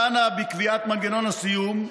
דנה בקביעת מנגנון הסיום,